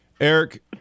Eric